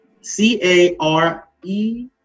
C-A-R-E